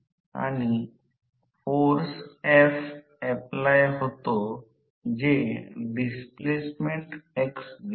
तर ही frequency f आहे ही फ्रिक्वेन्सी f0 आहे कारण सर्व काही या बाजूच्या दृष्टीने केले गेले आहे